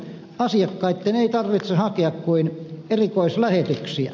asiakkaitten ei tarvitse hakea kuin erikoislähetyksiä